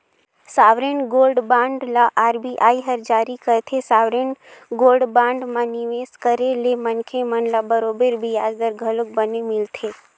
sovereign gold bond ल RBI हर जारी करथे, सॉवरेन गोल्ड बांड म निवेस करे ले मनखे मन ल बरोबर बियाज दर घलोक बने मिलथे